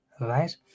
right